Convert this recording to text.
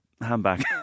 handbag